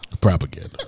propaganda